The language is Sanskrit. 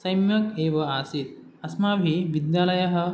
सम्यक् एव आसीत् अस्माभिः विद्यालयः